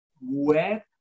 wet